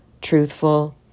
truthful